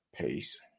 peace